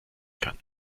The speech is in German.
kann